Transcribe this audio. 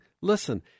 listen